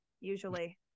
usually